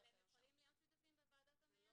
אבל הם יכולים להיות שותפים בוועדות.